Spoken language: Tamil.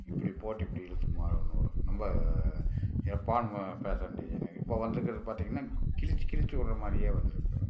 இப்படி போட்டு இப்படி இழுத்த மாதிரி ஒன்னு வரும் ரொம்ப சிறப்பான்மை ஃபேஷன் டிசைனிங் இப்போ வந்துருக்கிறது பார்த்தீங்கன்னா கிழித்து கிழித்து விட்ற மாதிரியே வந்துருக்குது